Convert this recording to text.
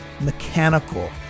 mechanical